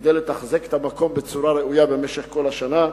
כדי לתחזק את המקום בצורה ראויה במשך כל השנה.